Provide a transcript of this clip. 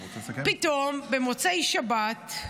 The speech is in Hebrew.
פתאום, במוצאי שבת,